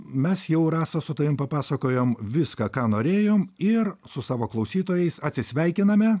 mes jau rasa su tavimi papasakojom viską ką norėjom ir su savo klausytojais atsisveikiname